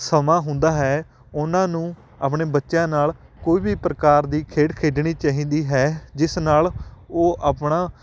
ਸਮਾਂ ਹੁੰਦਾ ਹੈ ਉਹਨਾਂ ਨੂੰ ਆਪਣੇ ਬੱਚਿਆਂ ਨਾਲ਼ ਕੋਈ ਵੀ ਪ੍ਰਕਾਰ ਦੀ ਖੇਡ ਖੇਡਣੀ ਚਾਹੀਦੀ ਹੈ ਜਿਸ ਨਾਲ਼ ਉਹ ਆਪਣਾ